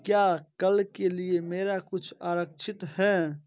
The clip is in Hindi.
क्या कल के लिए मेरा कुछ आरक्षित है